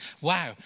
Wow